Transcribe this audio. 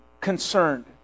concerned